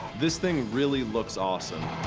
this thing really looks awesome.